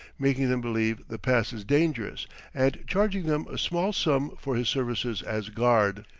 making them believe the pass is dangerous and charging them a small sum for his services as guard.